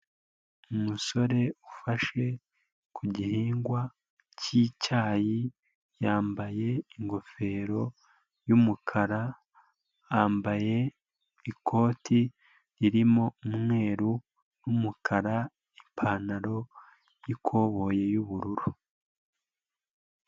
Umusore ufashe ku gihingwa cy'icyayi yambaye ingofero y'umukara, yambaye ikoti ririmo umweru n'umukara, ipantaro y'ikoboyi y'ubururu.